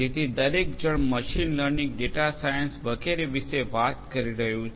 જેથી દરેક જણ મશીન લર્નિંગ ડેટા સાયન્સ વગેરે વિશે વાત કરી રહ્યું છે